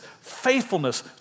faithfulness